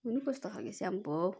कुन्नि कस्तो खाले स्याम्पो हौ